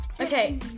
Okay